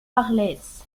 arles